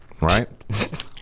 right